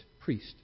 priest